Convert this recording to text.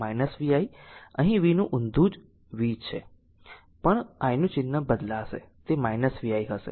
અહી v નું ઊંધું v જ છે પણ i નું ચિહ્ન બદલાશે તે vi થશે